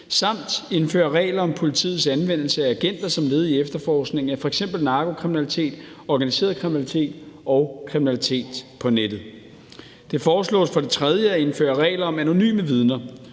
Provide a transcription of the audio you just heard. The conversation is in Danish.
samt indføre regler om politiets anvendelse af agenter som led i efterforskning af f.eks. narkokriminalitet, organiseret kriminalitet og kriminalitet på nettet. Det foreslås for det tredje at indføre regler om anonyme vidner.